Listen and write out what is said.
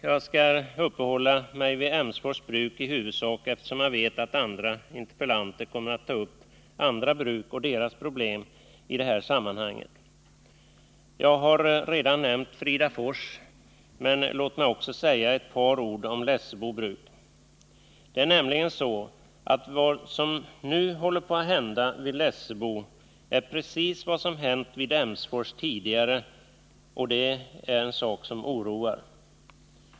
Jag skall uppehålla mig vid Emsfors bruk i huvudsak eftersom jag vet att andra interpellanter kommer att ta upp andra bruk och deras problem i det här sammanhanget. Jag har redan nämnt Fridafors, men låt mig också säga ett par ord om Lessebo bruk. Det är nämligen så att vad som nu håller på att hända vid Lessebo är precis vad som hänt vid Emsfors tidigare, och det är en sak som oroar.